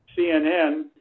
CNN